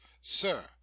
Sir